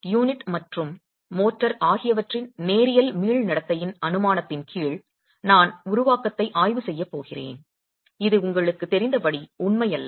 எனவே யூனிட் மற்றும் மோர்டார் ஆகியவற்றின் நேரியல் மீள் நடத்தையின் அனுமானத்தின் கீழ் நான் உருவாக்கத்தை ஆய்வு செய்யப் போகிறேன் இது உங்களுக்குத் தெரிந்தபடி உண்மையல்ல